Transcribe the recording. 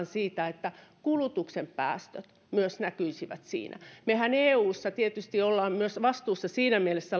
siitä että myös kulutuksen päästöt näkyisivät siinä mehän olemme eussa tietysti myös siinä mielessä